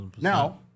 now